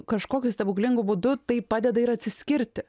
kažkokiu stebuklingu būdu tai padeda ir atsiskirti